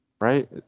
Right